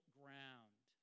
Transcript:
ground